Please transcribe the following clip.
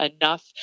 enough